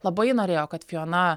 labai norėjo kad fijona